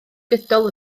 gydol